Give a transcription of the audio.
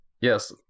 yes